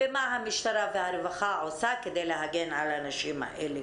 ומה המשטרה והרווחה עושים כדי להגן על הנשים האלה.